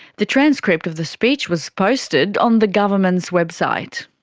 the transcript of the speech was posted on the government's website.